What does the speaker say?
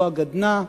לא הגדנ"ע,